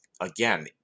again